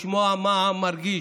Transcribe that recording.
לשמוע מה העם מרגיש,